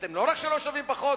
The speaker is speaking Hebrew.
אתם לא רק שלא שווים פחות,